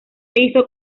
hizo